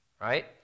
right